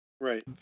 right